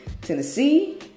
Tennessee